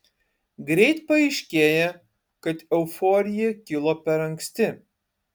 greit paaiškėja kad euforija kilo per anksti